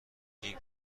این